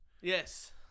yes